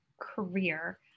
career